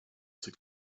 six